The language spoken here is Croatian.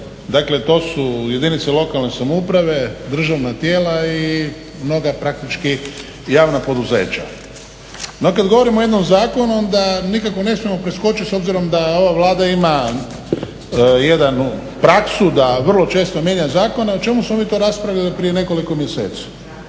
dakle to su jedinice lokalne samouprave, državna tijela i mnoga praktički javna poduzeća. No, kada govorimo o jednom zakonu onda nikako ne smije preskočiti s obzirom da ova Vlada ima jednu praksu da vrlo često mijenja zakone, a o čemu smo mi to raspravili prije nekoliko mjeseci.